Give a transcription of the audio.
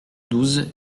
douze